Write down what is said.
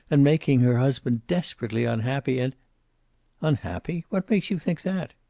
and making her husband desperately unhappy. and unhappy? what makes you think that?